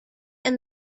and